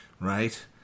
right